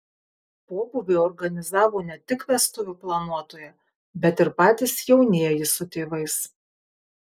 pobūvį organizavo ne tik vestuvių planuotoja bet ir patys jaunieji su tėvais